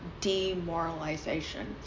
demoralization